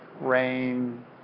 rain